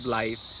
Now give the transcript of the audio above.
life